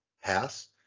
house